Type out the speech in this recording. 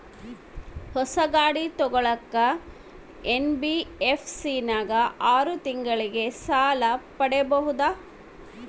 ಹೊಸ ಗಾಡಿ ತೋಗೊಳಕ್ಕೆ ಎನ್.ಬಿ.ಎಫ್.ಸಿ ನಾಗ ಆರು ತಿಂಗಳಿಗೆ ಸಾಲ ಪಡೇಬೋದ?